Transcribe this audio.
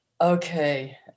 Okay